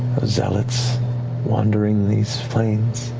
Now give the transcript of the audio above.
zealots wandering these plains.